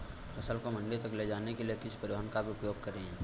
फसल को मंडी तक ले जाने के लिए किस परिवहन का उपयोग करें?